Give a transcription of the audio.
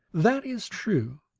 that is true.